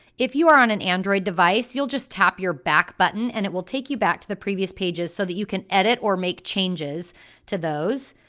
if you are on an android device you'll just tap your back button and it will take you back to the previous pages so that you can edit or make changes to those,